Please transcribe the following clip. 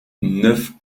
neuf